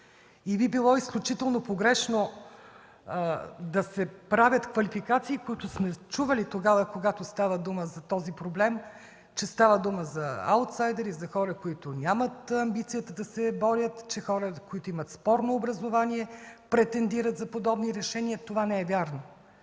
Би било изключително погрешно да се правят квалификации, които сме чували тогава, когато става дума за този проблем, че става дума за аутсайдери, за хора, които нямат амбицията да се борят, че хора, които имат спорно образование, претендират за подобни решения – това не е вярно.